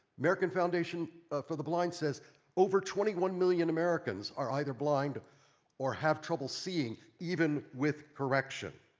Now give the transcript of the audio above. american foundation for the blind says over twenty one million americans are either blind or have trouble seeing even with correction.